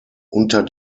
unter